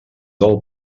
del